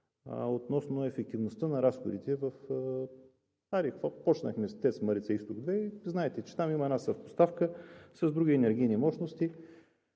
относно ефективността на разходите – хайде, започнахме „ТЕЦ Марица изток 2“. Знаете, че там има една съпоставка с други енергийни мощности